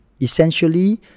essentially